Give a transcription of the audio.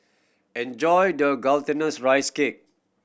enjoy the gultinous rice cake